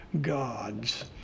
gods